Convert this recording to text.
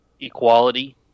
equality